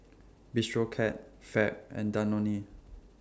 Bistro Cat Fab and Danone